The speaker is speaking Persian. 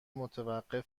متوقف